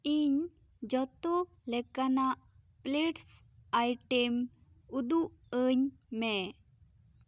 ᱤᱧ ᱡᱚᱛᱚ ᱞᱮᱠᱟᱱᱟᱜ ᱯᱞᱮᱴᱥ ᱟᱭᱴᱮᱢ ᱩᱫᱩᱜ ᱟᱹᱧ ᱢᱮ